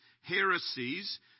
heresies